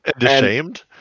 ashamed